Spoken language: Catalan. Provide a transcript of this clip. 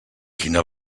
quina